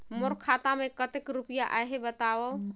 मोर खाता मे कतेक रुपिया आहे बताव?